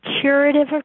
curative